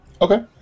Okay